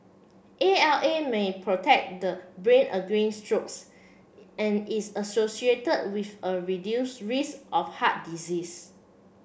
A L A may protect the brain against strokes and is associate with a reduced risk of heart disease